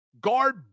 guard